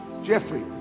jeffrey